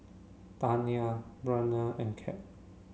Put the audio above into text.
Tania Braiden and Cap